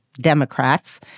Democrats